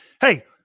Hey